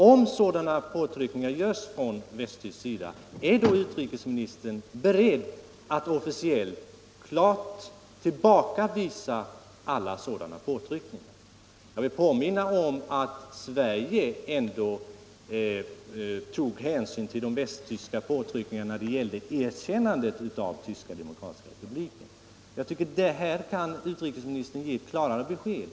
Om sådana påtryckningar görs från västtysk sida, är då utrikesministern beredd att officiellt klart tillbakavisa alla sådana påtryckningar? Jag vill påminna om att Sverige ändå tog hänsyn till de västtyska påtryckningarna när det gällde erkännandet av Tyska demokratiska republiken. Här kan utrikesministern enligt min mening ge klarare besked.